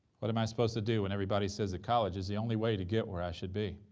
what am i supposed to do when everybody says that college is the only way to get where i should be?